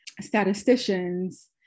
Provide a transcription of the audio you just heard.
statisticians